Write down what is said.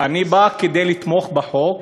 אני בא כדי לתמוך בחוק,